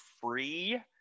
free